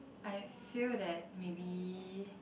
I feel that maybe